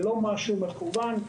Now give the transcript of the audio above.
זה לא משהו מכוון,